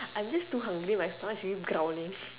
I'm just too hungry my stomach is really growling